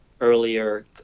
earlier